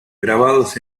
grabados